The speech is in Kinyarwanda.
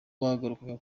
bahagurukaga